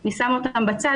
אני שמה אותם בצד